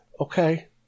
Okay